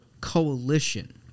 coalition